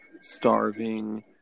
starving